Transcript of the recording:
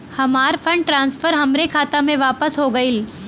हमार fund transfer हमरे खाता मे वापस हो गईल